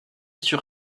sur